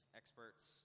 experts